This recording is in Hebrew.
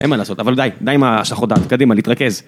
אין מה לעשות, אבל די, די עם השחות דעת, קדימה, להתרכז.